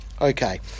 Okay